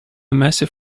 massive